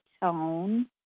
tone